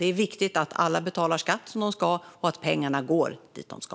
Det är viktigt att alla betalar skatt som de ska och att pengarna går dit de ska.